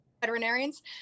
veterinarians